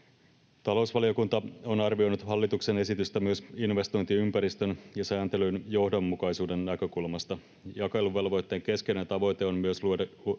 Talousvaliokunta on arvioinut hallituksen esitystä myös investointiympäristön ja sääntelyn johdonmukaisuuden näkökulmasta. Jakeluvelvoitteen keskeinen tavoite on myös luoda